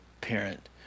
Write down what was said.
parent